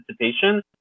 participation